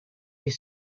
est